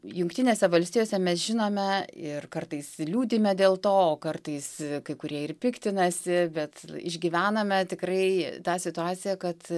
jungtinėse valstijose mes žinome ir kartais liūdime dėl to o kartais kai kurie ir piktinasi bet išgyvename tikrai tą situaciją kad